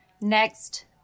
next